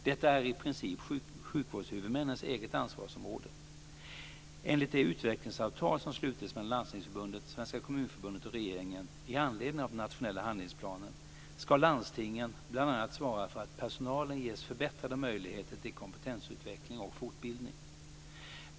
Detta är i princip sjukvårdshuvudmännens eget ansvarsområde. Enligt det utvecklingsavtal som slutits mellan Landstingsförbundet, Svenska Kommunförbundet och regeringen i anledning av den nationella handlingsplanen ska landstingen bl.a. svara för att personalen ges förbättrade möjligheter till kompetensutveckling och fortbildning.